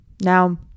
Now